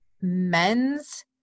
men's